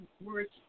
words